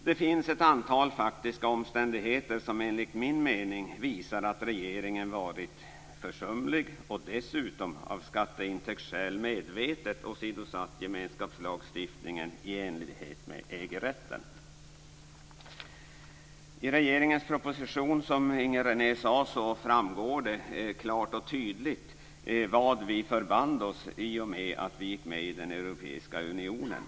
Det finns ett antal faktiska omständigheter som enligt min mening visar att regeringen varit försumlig och dessutom av skatteintäktsskäl medvetet åsidosatt gemenskapslagstiftningen i enlighet med EG-rätten. I regeringens proposition framgår det, som Inger René sade, klart och tydligt vad vi förband oss att göra i och med att vi gick med i den europeiska unionen.